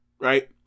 Right